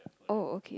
oh okay